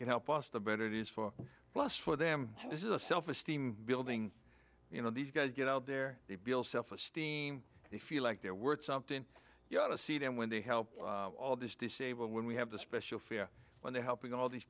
can help us the better it is for plus for them this is a self esteem building you know these guys get out there they build self esteem they feel like they're worth something you know to see them when they help all this disabled when we have the special fare when they're helping all these